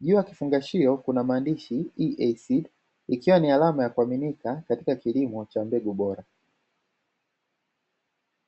Juu ya kifungashio kuna maandishi "EASEED" ikiwa ni alama ya kuaminika katika kilimo cha mbegu bora.